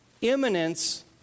Imminence